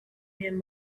him